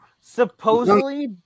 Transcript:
Supposedly